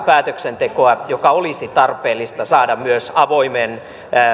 päätöksentekoa joka olisi tarpeellista saada myös avoimen